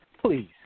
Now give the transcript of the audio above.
Please